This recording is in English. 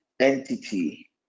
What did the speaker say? entity